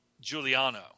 Giuliano